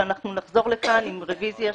ונחזור לכאן עם רוויזיה.